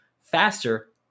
faster